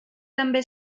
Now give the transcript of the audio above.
també